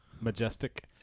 Majestic